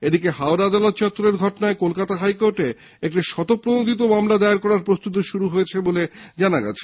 এদিকে হাওড়া আদালত চত্ত্বরের ঘটনায় কলকাতা হাইকোর্টে একটি স্বতপ্রনোদিত মামলা দায়ের করার প্রস্তুতি শুরু হয়েছে বলে জানা গিয়েছে